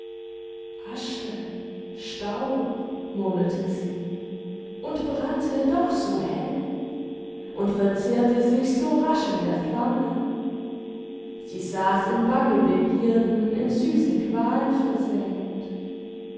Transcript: asche staub murmelte sie und brannte doch so hell und verzehrte sich so rasch in der flamme sie saß in bange begierden in süße qualen versenkt